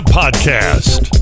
podcast